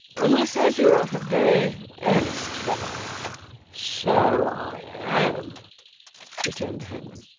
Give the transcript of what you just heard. he says you are a very earnest fellow so i am returned the hangman.